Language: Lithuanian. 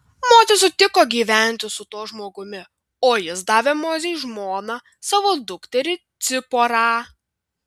mozė sutiko gyventi su tuo žmogumi o jis davė mozei žmona savo dukterį ciporą